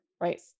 Right